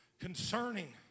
concerning